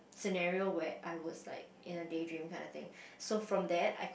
scenario where I was like in a day dream kind of thing so from that I could